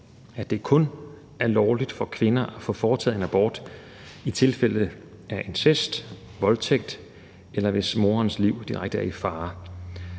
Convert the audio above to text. at det kun er lovligt for kvinder at få foretaget en abort i tilfælde af incest eller voldtægt, eller hvis moderens liv direkte er i fare